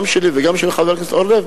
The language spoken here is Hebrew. גם שלי וגם של חבר הכנסת אורלב,